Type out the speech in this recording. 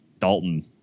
Dalton